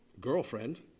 girlfriend